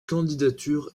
candidatures